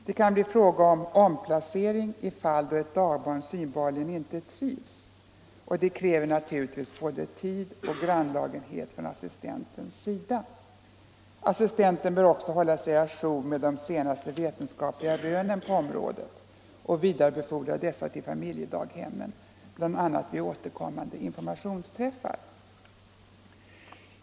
Det kan bli fråga om omplacering i de fall då ett dagbarn synbarligen inte trivs, och det kräver naturligtvis både tid och grannlagenhet från assistentens sida. Assistenten bör också hålla sig å jour med de senaste vetenskapliga rönen på området och vidarebefordra dessa till familjedaghemmen, bl.a. vid återkommande informationsträffar.